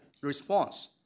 response